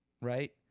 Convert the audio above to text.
Right